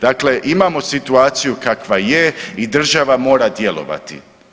Dakle, imamo situaciju kakva je i država mora djelovati.